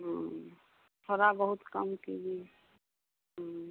थोड़ा बहुत कम कीजिए